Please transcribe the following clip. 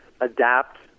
adapt